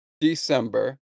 December